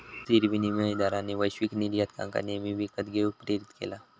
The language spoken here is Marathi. स्थिर विनिमय दरांनी वैश्विक निर्यातकांका नेहमी विकत घेऊक प्रेरीत केला